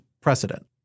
precedent